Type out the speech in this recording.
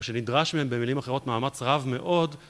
שנדרש מהם במילים אחרות מאמץ רב מאוד